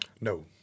No